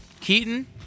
Keaton